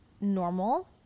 normal